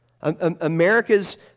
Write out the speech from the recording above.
America's